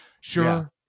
Sure